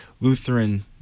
Lutheran